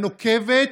הנוקבת,